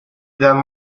then